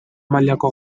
mailako